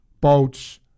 boats